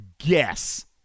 guess